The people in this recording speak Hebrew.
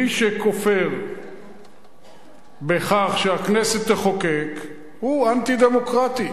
מי שכופר בכך שהכנסת תחוקק הוא אנטי-דמוקרטי.